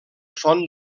font